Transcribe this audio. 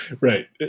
Right